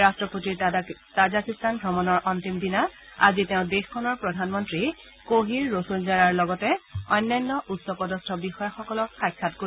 ৰাট্টপতি তাজাকিস্তান অমণৰ অন্তিম দিনা আজি তেওঁ দেশখনৰ প্ৰধানমন্ত্ৰী ক'হিৰ ৰচুলজাড়াৰ লগতে অন্যান্য উচ্চপদস্থ বিষয়াসকলক সাক্ষাৎ কৰিব